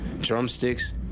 Drumsticks